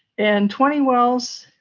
and twenty wells